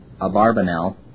Abarbanel